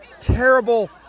terrible